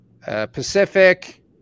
Pacific